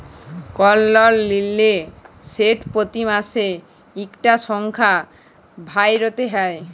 call লল লিলে সেট পতি মাসে ইকটা সংখ্যা ভ্যইরতে হ্যয়